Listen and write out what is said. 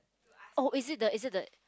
oh is it the is it the